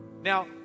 Now